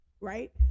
right